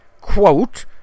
quote